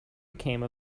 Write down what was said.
became